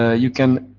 ah you can,